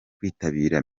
kwitabira